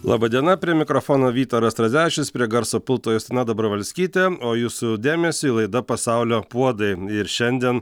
laba diena prie mikrofono vytaras radzevičius prie garso pulto justina dobravalskytė o jūsų dėmesiui laida pasaulio puodai ir šiandien